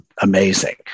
amazing